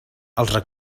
els